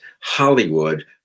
hollywood